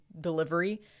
delivery